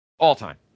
All-time